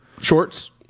Shorts